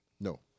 No